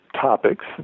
topics